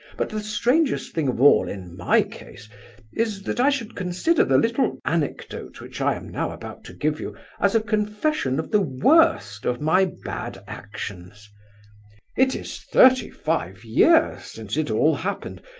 but the strangest thing of all in my case is, that i should consider the little anecdote which i am now about to give you as a confession of the worst of my bad actions it is thirty-five years since it all happened,